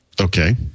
Okay